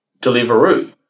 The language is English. Deliveroo